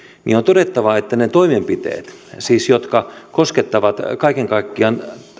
niin on todettava että ne toimenpiteet siis jotka koskettavat kaiken kaikkiaan